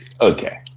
okay